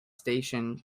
station